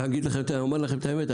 אומר לכם את האמת.